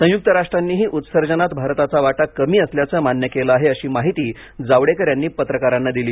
संयुक्त राष्ट्रांनीही उत्सर्जनात भारताचा वाटा कमी असल्याचं मान्य केलं आहे अशी माहिती जावडेकर यांनी पत्रकारांना दिली